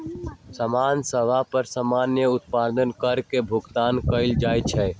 समान सभ पर सामान्य अप्रत्यक्ष कर के भुगतान कएल जाइ छइ